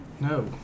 No